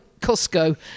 costco